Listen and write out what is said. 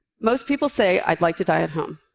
most people say, i'd like to die at home.